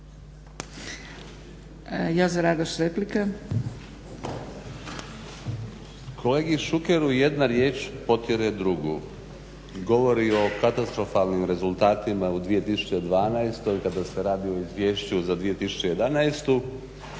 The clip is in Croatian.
Kolegi Šukeru jedna riječ potjera drugu. Govori o katastrofalnim rezultatima u 2012.kada se radi o izvješću za 2011.,